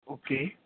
okay